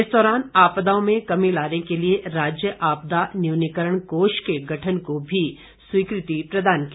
इस दौरान आपदाओं में कमी लाने के लिए राज्य आपदा न्यूनीकरण कोष के गठन को भी स्वीकृति प्रदान की